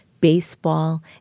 Baseball